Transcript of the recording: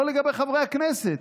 לא לגבי חברי הכנסת.